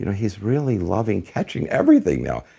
you know he's really loving catching everything now.